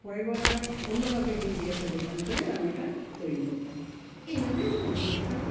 পরেরবার আবার অন্য কাওকে গিয়ে জিজ্ঞাসা করতাম করে রান্নাটা তৈরি করতাম এই ভাবেই আমার অভিজ্ঞতাটা হয়েছে